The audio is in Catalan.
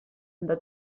santa